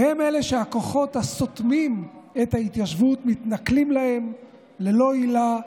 והם שהכוחות השוטמים את ההתיישבות מתנכלים להם ללא עילה,